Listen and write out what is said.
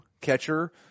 catcher